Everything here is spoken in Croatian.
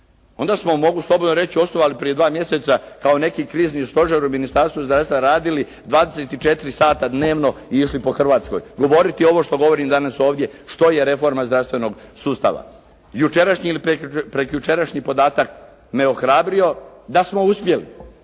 Onda smo mogu slobodno reći osnovali prije dva mjeseca kao neki krizni stožer u Ministarstvu zdravstva radili 24 sata dnevno i išli po Hrvatskoj govoriti ovo što govorim danas ovdje, što je reforma zdravstvenog sustava. Jučerašnjim i prekjučerašnji podatak me ohrabrio da smo uspjeli,